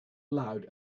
allowed